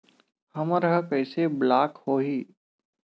हमर ह कइसे ब्लॉक होही?